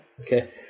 okay